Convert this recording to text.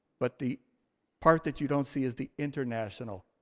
but the part that you don't see is the international.